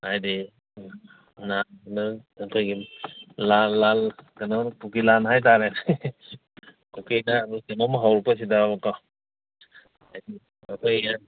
ꯍꯥꯏꯗꯤ ꯑꯩꯈꯣꯏꯒꯤ ꯂꯥꯜ ꯀꯩꯅꯣ ꯀꯨꯀꯤ ꯂꯥꯜ ꯍꯥꯏꯇꯥꯔꯦ ꯀꯨꯀꯤꯅ ꯀꯩꯅꯣꯃ ꯍꯧꯔꯛꯄꯁꯤꯗꯕꯀꯣ ꯍꯥꯏꯗꯤ ꯑꯩꯈꯣꯏ